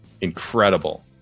incredible